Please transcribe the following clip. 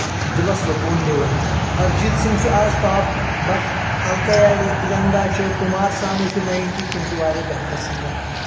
دِلس سکوٗن دِوان ارجیت سنگھ چھُ آز ٹاپ بَٹ الکا ینگا چھِ کُمار سانو چھ نایٹی یکۍ تِم چھِ واریاہ بہتر سِنٛگر